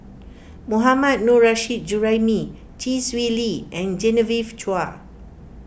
Mohammad Nurrasyid Juraimi Chee Swee Lee and Genevieve Chua